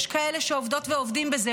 יש כאלה שעובדות ועובדים בזה.